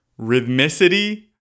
rhythmicity